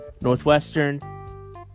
Northwestern